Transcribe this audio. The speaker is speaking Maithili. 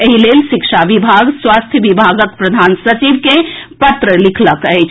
एहि लेल शिक्षा विभाग स्वास्थ्य विभागक प्रधान सचिव के पत्र लिखलक अछि